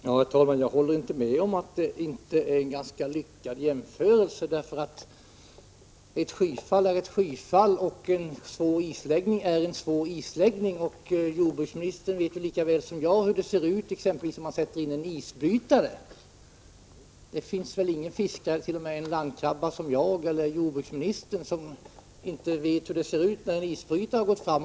Herr talman! Jag håller inte med om att jämförelsen med skördeskadeskyddet inte är så lyckad. Ett skyfall är ett skyfall, och en isläggning är en isläggning. Jordbruksministern vet lika väl som jag hur det ser ut exempelvis om man sätter in en isbrytare, och t.o.m. en landkrabba som jag vet hur det ser ut när en isbrytare har gått fram.